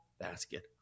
basket